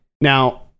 Now